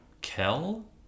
Kel